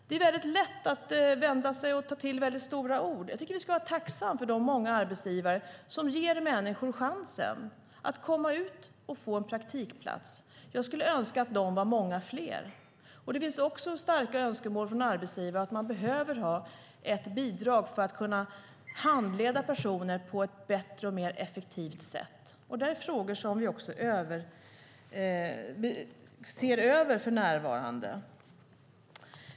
Det är väldigt lätt att ta till stora ord. Jag tycker att vi ska vara tacksamma för de många arbetsgivare som ger människor chansen att komma ut och få en praktikplats. Jag skulle önska att de var många fler. Det finns också starka önskemål från arbetsgivare om att man behöver ha ett bidrag för att kunna handleda personer på ett bättre och mer effektivt sätt. Det är frågor som vi också ser över för närvarande.